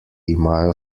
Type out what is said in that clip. imajo